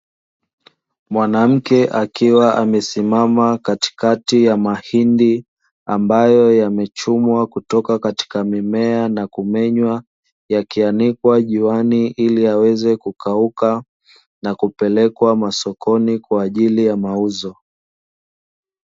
Mwanamke akiwa amesimama katikati ya mahindi, ambayo yamechumwa kutoka katika mimea na kumenywa, yakianikwa juani ili yaweze kukauka, na kupelekwa masokoni kwa ajili ya mauzo.